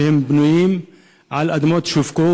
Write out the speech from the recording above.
בנויים על אדמות שהופקעו,